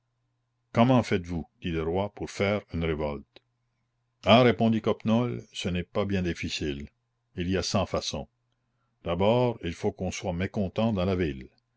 comment faites-vous dit le roi pour faire une révolte ah répondit coppenole ce n'est pas bien difficile il y a cent façons d'abord il faut qu'on soit mécontent dans la ville